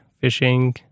fishing